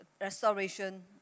restoration